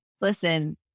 Listen